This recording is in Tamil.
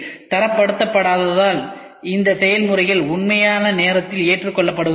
தரப்படுத்தப்படாததால் இந்த செயல்முறைகள் உண்மையான நேரத்தில் ஏற்றுக்கொள்ளப்படுவதில்லை